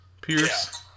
Pierce